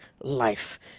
life